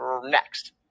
next